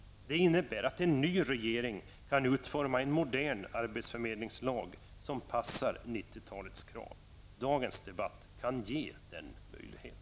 Det innebär att en ny regering kan utforma en modern arbetsförmedlingslag, som passar 90-talets krav. Dagens debatt kan ge dem möjligheten.